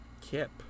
Kip